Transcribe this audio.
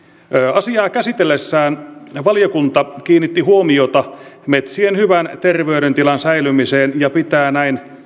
asiaa käsitellessään valiokunta kiinnitti huomiota metsien hyvän terveydentilan säilymiseen ja pitää näin